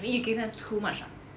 maybe you gave them too much ah